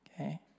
Okay